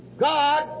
God